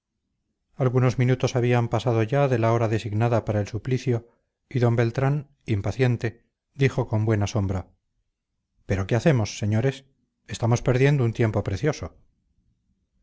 algunos minutos habían pasado ya de la hora designada para el suplicio y d beltrán impaciente dijo con buena sombra pero qué hacemos señores estamos perdiendo un tiempo precioso